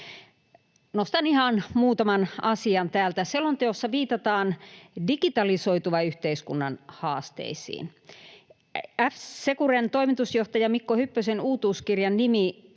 Nostan ihan muutaman asian täältä: Selonteossa viitataan digitalisoituvan yhteiskunnan haasteisiin. F-Securen toimitusjohtajan Mikko Hyppösen uutuuskirjan nimi